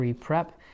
Prep